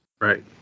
Right